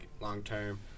long-term